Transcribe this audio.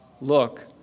look